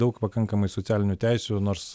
daug pakankamai socialinių teisių nors